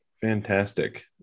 Fantastic